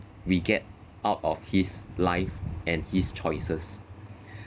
we get out of his life and his choices